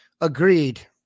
Agreed